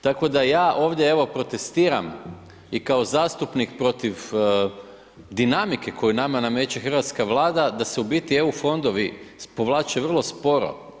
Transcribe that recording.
Tako da ja ovdje, evo protestiram i kao zastupnik protiv dinamike koju nama nameće Hrvatska vlada, da su u biti EU fondovi povlače vrlo sporo.